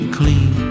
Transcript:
clean